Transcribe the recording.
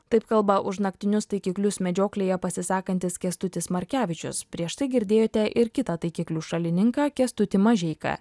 taip kalba už naktinius taikiklius medžioklėje pasisakantis kęstutis markevičius prieš tai girdėjote ir kitą taikiklių šalininką kęstutį mažeiką